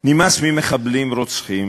נמאס ממחבלים רוצחים,